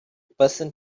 person